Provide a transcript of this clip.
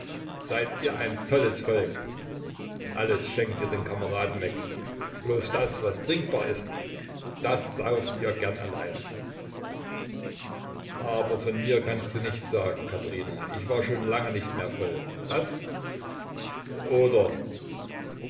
seid ihr ein tolles volk alles schenkt ihr den kameraden weg bloß das was trinkbar ist das sauft ihr gern allein aber von mir kannst du nichts sagen katherina ich war schon lange nicht mehr voll was oder